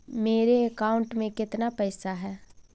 मेरे अकाउंट में केतना पैसा है?